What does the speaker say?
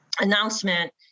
announcement